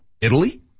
Italy